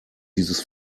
dieses